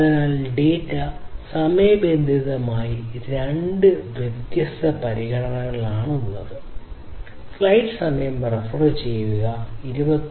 അതിനാൽ ഡാറ്റ സമയബന്ധിതമായ രണ്ട് വ്യത്യസ്ത പരിഗണനകളാണ് ഇവ